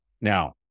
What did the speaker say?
Now